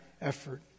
effort